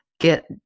get